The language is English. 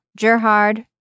Gerhard